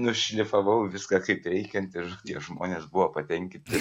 nušlifavau viską kaip reikiant ir tie žmonės buvo patenkinti